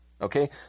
okay